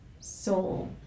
soul